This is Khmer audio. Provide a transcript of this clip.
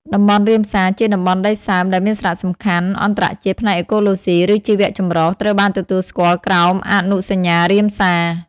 តំបន់រ៉ាមសារ ជាតំបន់ដីសើមដែលមានសារៈសំខាន់អន្តរជាតិផ្នែកអេកូឡូស៊ី ឬជីវៈចម្រុះ ត្រូវបានទទួលស្គាល់ក្រោមអនុសញ្ញារ៉ាមសារ។